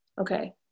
Okay